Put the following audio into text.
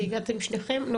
כי הגעתם שניכם.